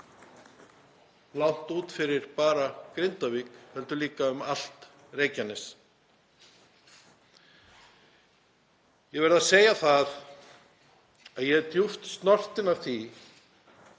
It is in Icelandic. langt út fyrir Grindavík, heldur líka um allt Reykjanes. Ég verð að segja að ég er djúpt snortinn yfir því